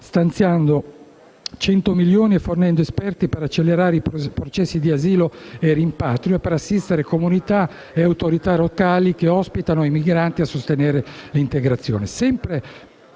stanziando 100 milioni e fornendo esperti per accelerare i processi di asilo e rimpatrio e assistere comunità e autorità locali che ospitano i migranti e sostenere l'integrazione.